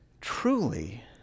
truly